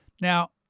Now